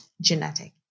genetic